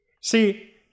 See